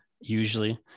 usually